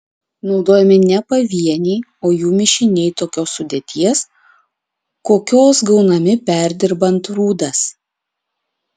naudojami ne pavieniai o jų mišiniai tokios sudėties kokios gaunami perdirbant rūdas